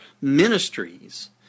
ministries